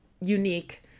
unique